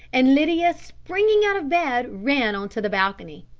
and lydia, springing out of bed, ran on to the balcony.